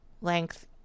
length